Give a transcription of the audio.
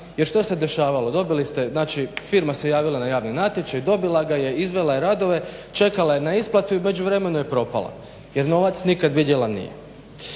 dobili ste, znači firma se javila na javni natječaj, dobila ga je, izvela je radove, čekala je na isplatu i u međuvremenu je propala jer novac nikad vidjela nije.